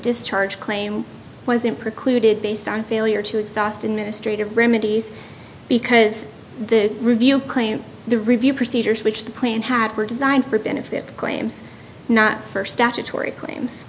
discharge claim wasn't precluded based on failure to exhaust and mistreated remedies because the review the review procedures which the plan had were designed for benefit claims not for statutory claims